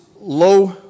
low